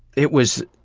it was,